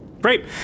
Great